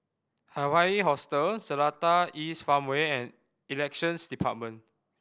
Hawaii Hostel Seletar East Farmway and Elections Department